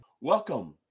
Welcome